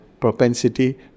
propensity